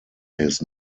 his